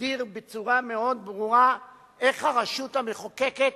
שיגדיר בצורה מאוד ברורה איך הרשות המחוקקת